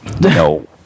no